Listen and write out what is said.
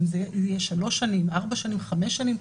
זה יהיה שלוש שנים, ארבע שנים, חמש שנים,